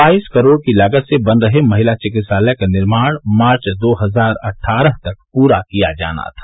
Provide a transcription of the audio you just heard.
बाईस करोड़ की लागत से बन रहे महिला चिकित्सालय का निर्माण मार्च दो हजार अट्ठारह तक पूरा किया जाना था